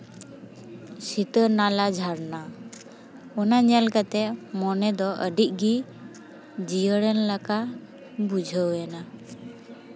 ᱥᱤᱛᱟᱹ ᱱᱟᱞᱟ ᱡᱷᱟᱨᱱᱟ ᱚᱱᱟ ᱧᱮᱞ ᱠᱟᱛᱮᱜ ᱢᱚᱱᱮ ᱫᱚ ᱟᱹᱰᱤᱜᱮ ᱡᱤᱭᱟᱹᱲᱮᱱ ᱞᱮᱠᱟ ᱵᱩᱡᱷᱟᱹᱣ ᱮᱱᱟ